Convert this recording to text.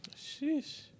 Sheesh